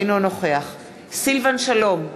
אינו נוכח סילבן שלום,